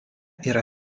yra